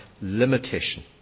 limitation